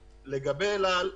לגבי אל על,